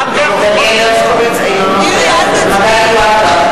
אינו נוכח מגלי והבה,